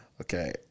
Okay